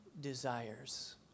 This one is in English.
desires